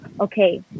okay